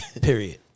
period